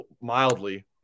mildly